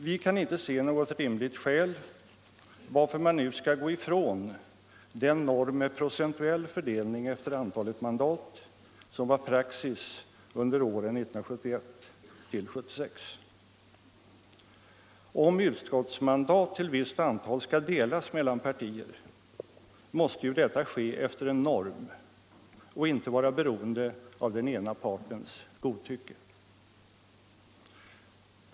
Vi kan inte se något rimligt skäl till att man nu skall gå ifrån den norm med procentuell fördelning efter antalet mandat som var praxis under åren 1971-1976. Om utskottsmandat till visst antal skall delas mellan partier måste ju deua ske efter en norm och inte vara beroende av den ena partens godtycke.